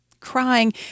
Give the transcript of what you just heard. crying